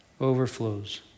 overflows